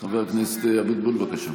חבר הכנסת אבוטבול, בבקשה.